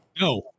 no